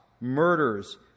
murders